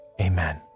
amen